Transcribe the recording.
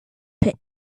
pit